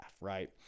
right